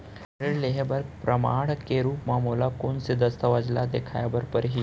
ऋण लिहे बर प्रमाण के रूप मा मोला कोन से दस्तावेज ला देखाय बर परही?